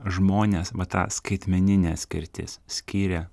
žmones vat ta skaitmeninė skirtis skiria